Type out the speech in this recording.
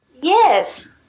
Yes